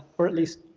we're at least